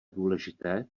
důležité